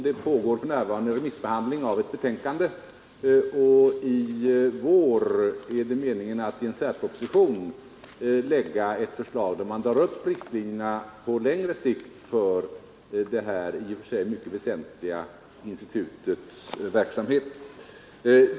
Det pågår för närvarande remissbehandling av ett betänkande, och i vår är det meningen att i en särproposition framlägga ett förslag där man drar upp riktlinjerna på längre sikt för detta i och för sig mycket väsentliga instituts verksamhet.